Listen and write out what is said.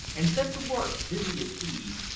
and set to work, busy as bees,